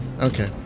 Okay